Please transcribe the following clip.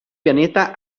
pianista